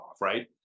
right